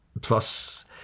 Plus